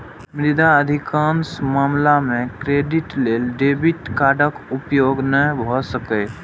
मुदा अधिकांश मामला मे क्रेडिट लेल डेबिट कार्डक उपयोग नै भए सकैए